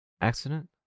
accident